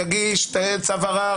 יגיש צו ערר,